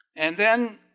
and then